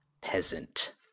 Peasant